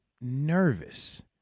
nervous